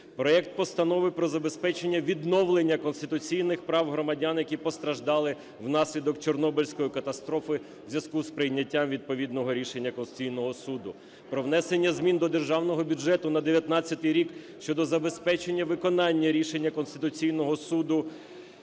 проект Постанови про забезпечення відновлення конституційних прав громадян, які постраждали внаслідок Чорнобильської катастрофи, у зв’язку з прийняттям відповідного рішення Конституційного Суду; про внесення змін до Державного бюджету на 19-й рік щодо забезпечення виконання рішення Конституційного Суду